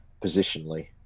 positionally